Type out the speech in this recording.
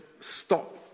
stop